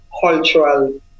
cultural